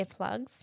earplugs